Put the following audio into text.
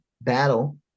battle